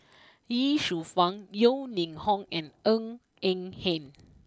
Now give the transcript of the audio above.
Ye Shufang Yeo Ning Hong and Ng Eng Hen